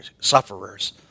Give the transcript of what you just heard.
sufferers